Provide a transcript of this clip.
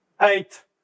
eight